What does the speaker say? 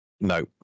No